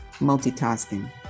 multitasking